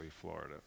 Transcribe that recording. Florida